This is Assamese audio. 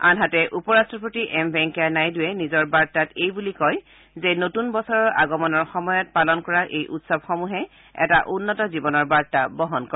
আনহাতে উপ ৰট্টপতি এম ভেংকায়া নাইডুৱে নিজৰ বাৰ্তাত এই বুলি কয় যে নতুন বছৰৰ আগমনৰ সময়ত পালন কৰা এই উৎসৱসমূহে এটা উন্নত জীৱনৰ বাৰ্তা বহন কৰে